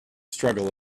struggle